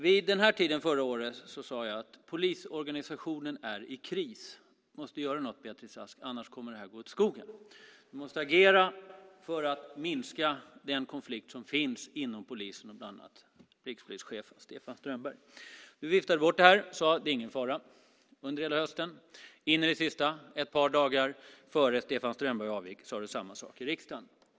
Vid den här tiden förra året sade jag att polisorganisationen är i kris. Vi måste göra någonting, Beatrice Ask, annars kommer det att gå åt skogen. Vi måste agera för att minska den konflikt som finns inom polisen med bland annat rikspolischefen Stefan Strömberg. Du viftade bort det och sade under hela hösten att det inte var någon fara. In i det sista, ett par dagar före Stefan Strömbergs avgång, sade du samma sak i riksdagen.